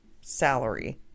salary